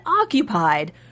occupied